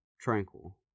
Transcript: tranquil